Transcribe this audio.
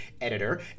editor